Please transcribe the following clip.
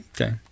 Okay